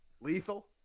Lethal